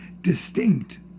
distinct